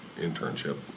internship